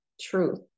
truth